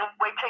wait